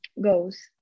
goes